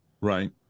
Right